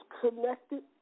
connected